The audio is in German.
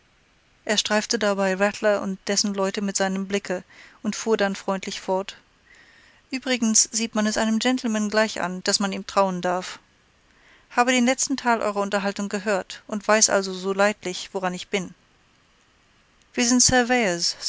er streifte dabei rattler und dessen leute mit seinem blicke und fuhr dann freundlich fort uebrigens sieht man es einem gentleman gleich an daß man ihm trauen darf habe den letzten teil eurer unterhaltung gehört und weiß also so leidlich woran ich bin wir sind